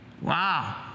Wow